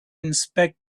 inspect